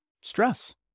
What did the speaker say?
stress